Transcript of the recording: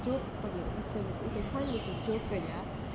joke பண்ணும்:pannum it's the sun is a joker ya